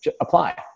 apply